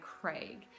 Craig